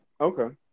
Okay